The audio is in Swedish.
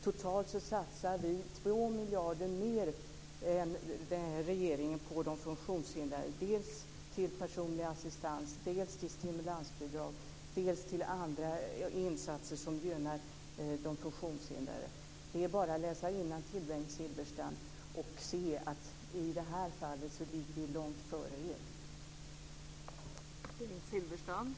Totalt satsar vi 2 miljarder mer än regeringen på de funktionshindrade, dels till personlig assistans, dels till stimulansbidrag, dels till andra insatser som gynnar de funktionshindrade. Det är bara att läsa innantill, Bengt Silfverstrand, och se att i det här fallet ligger vi långt före er.